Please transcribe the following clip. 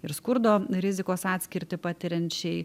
ir skurdo rizikos atskirtį patiriančiai